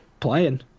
playing